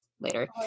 later